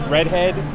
Redhead